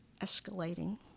escalating